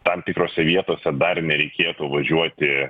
tam tikrose vietose dar nereikėtų važiuoti